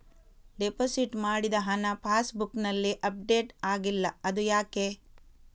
Deposit ಮಾಡಿದ ಹಣ pass ಬುಕ್ನಲ್ಲಿ ಅಪ್ಡೇಟ್ ಆಗಿಲ್ಲ ಅದು ಯಾಕೆ?